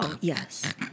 Yes